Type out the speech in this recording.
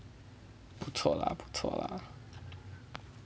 不错 lah 不错 lah